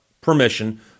permission